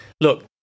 Look